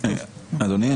אדוני,